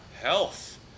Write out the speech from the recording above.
health